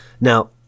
Now